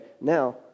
Now